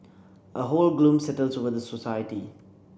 a whole gloom settles over the society